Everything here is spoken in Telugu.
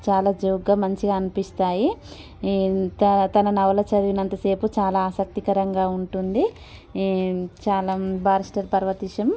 చాలా జోక్గా మంచిగా అనిపిస్తాయి తన నవల చదివినంత సేపు చాలా ఆసక్తికరంగా ఉంటుంది చాలా బారిస్టార్ పార్వతీశం